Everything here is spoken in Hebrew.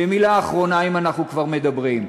ומילה אחרונה, אם אנחנו כבר מדברים.